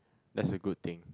that's a good thing